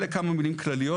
אלה כמה מילים כלליות.